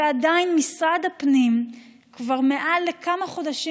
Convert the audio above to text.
ועדיין משרד הפנים כבר יותר מכמה חודשים